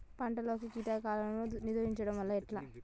పంటలలో కీటకాలను నిరోధించడం ఎట్లా?